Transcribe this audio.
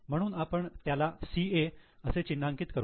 म्हणून आपण त्याला 'CA' असे चिन्हांकित करू